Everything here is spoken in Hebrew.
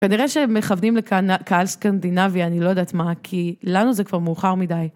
כנראה שהם מכבדים לקהל סקנדינבי, אני לא יודעת מה, כי לנו זה כבר מאוחר מדי.